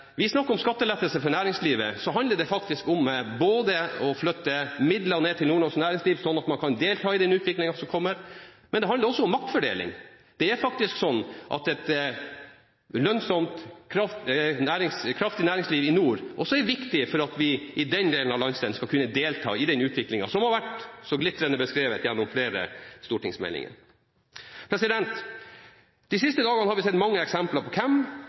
vi snakker om skattelettelse for næringslivet, handler det faktisk om å flytte midler til nordnorsk næringsliv, sånn at man kan delta i den utviklingen som kommer, og det handler om maktfordeling. Det er faktisk sånn at et lønnsomt og kraftig næringsliv i nord også er viktig for at vi i den delen av landet skal kunne delta i den utviklingen som har vært så glitrende beskrevet gjennom flere stortingsmeldinger. De siste dagene har vi sett mange eksempler på hvem,